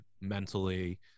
mentally